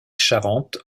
charente